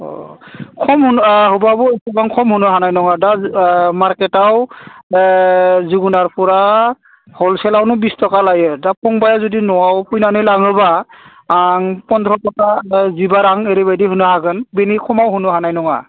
हरब्लाबो इसेबां खम होनो हानाय नङा दा मारकेटआव जोगोनारफोरा हलसेलावनो बिसथखा लायो दा फंबाया जुदि न'आव फैनानै लाङोब्ला आं फन्द्र थाखा बा जिबा रां ओरैबादि होनो हागोन बिनि खमाव हनो हानाय नङा